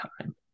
time